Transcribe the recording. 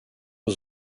aux